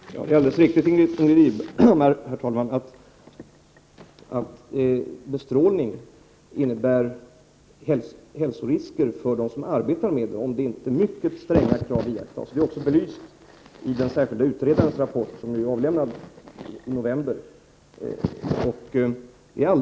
Herr talman! Det är helt riktigt, Ingbritt Irhammar, att bestrålningsarbete innebär risker för den som arbetar med det, om inte mycket stränga krav iakttages. Detta belyses också i den särskilda utredarens rapport som avlämnades i november.